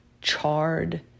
charred